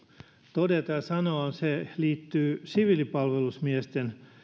todeta ja sanoa liittyy siviilipalvelusmiesten